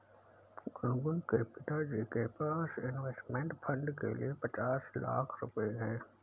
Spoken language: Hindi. गुनगुन के पिताजी के पास इंवेस्टमेंट फ़ंड के लिए पचास लाख रुपए है